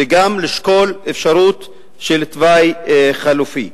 וגם לשקול אפשרות של תוואי חלופי.